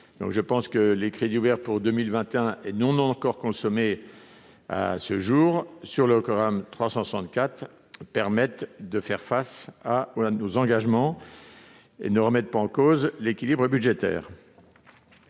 disponibles. Les crédits ouverts pour 2021 et non encore consommés à ce jour sur le programme 364 permettent de faire face à nos engagements et ne remettent pas en cause l'équilibre budgétaire.